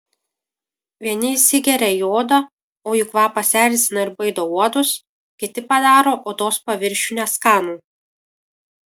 vieni įsigeria į odą o jų kvapas erzina ir baido uodus kiti padaro odos paviršių neskanų